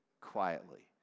quietly